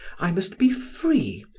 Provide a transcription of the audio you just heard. i must be free,